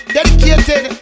Dedicated